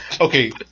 Okay